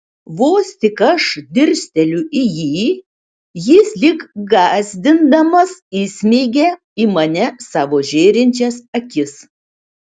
vos tik aš dirsteliu į jį jis lyg gąsdindamas įsmeigia į mane savo žėrinčias akis